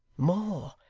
more,